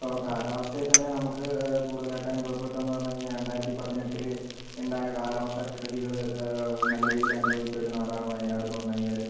ഇപ്പോൾ കാലാവസ്ഥയെ തന്നെ നമുക്ക് കൂടുതലായിട്ടും അനുഭവപ്പെടുന്നത് പറഞ്ഞു കഴിഞ്ഞാൽ രണ്ടായിരത്തി പതിനെട്ടില് ഉണ്ടായ കാല വർഷ കെടുതികള് നല്ല രീതിയിൽ അനുഭവിച്ച ഒരു നാടാണ് വയനാട് എന്ന് പറഞ്ഞു കഴിഞ്ഞാല്